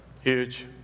huge